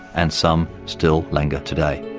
and some still linger today.